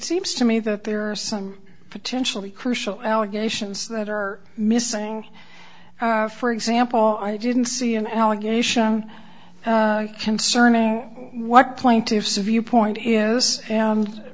seems to me that there are some potentially crucial allegations that are missing for example i didn't see an allegation concerning what plaintiffs a viewpoint is and